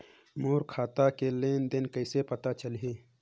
मोर खाता के लेन देन कइसे पता चलही?